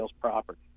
property